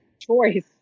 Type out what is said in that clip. choice